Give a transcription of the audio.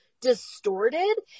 distorted